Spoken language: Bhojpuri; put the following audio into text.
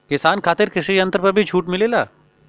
किसान खातिर कृषि यंत्र पर भी छूट मिलेला?